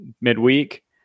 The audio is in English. Midweek